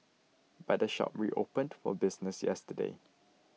but the shop reopened for business yesterday